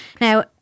now